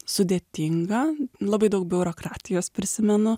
sudėtinga labai daug biurokratijos prisimenu